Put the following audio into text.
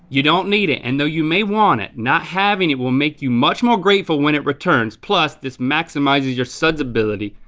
you don't need it and though you may want it, not having it will make you much more grateful when it returns, plus, this maximizes your sudsability,